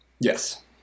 Yes